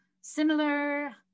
similar